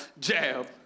jab